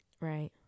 Right